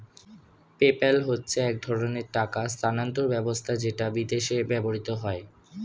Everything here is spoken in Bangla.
পেপ্যাল হচ্ছে এক ধরণের টাকা স্থানান্তর ব্যবস্থা যেটা বিদেশে ব্যবহৃত হয়